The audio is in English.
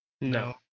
No